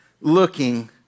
looking